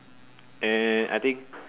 uh I think